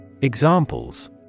Examples